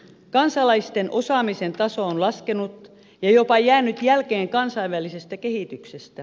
kansalaisten osaamisen taso on laskenut ja jopa jäänyt jälkeen kansainvälisestä kehityksestä